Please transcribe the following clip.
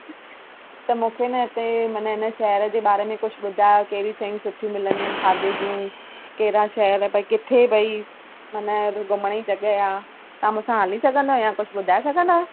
त मूंखे न हिते मना हिन शहर जे बारे में कुझु ॿुधायो कहिड़ियूं शयूं सुठियूं मिलंदियूं आहे खाधे जूं कहिड़ा शहर भई किथे भई मना घुमण जी जॻहि आहे तव्हां मूंसां हली सघंदा या कुझु ॿुधाए सघंदा